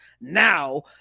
Now